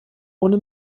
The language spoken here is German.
ohne